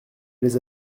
les